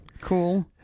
Cool